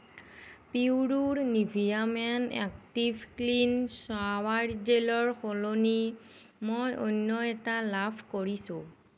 পিউৰোৰ Nivea men active clean shower জেলৰ সলনি মই অন্য এটা লাভ কৰিছোঁ